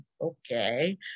okay